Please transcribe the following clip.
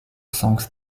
songs